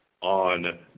on